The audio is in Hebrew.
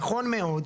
נכון מאוד,